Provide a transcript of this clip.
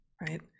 right